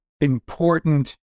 important